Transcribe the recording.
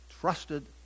trusted